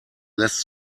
lässt